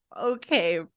okay